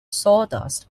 sawdust